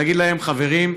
ולהגיד להם: חברים,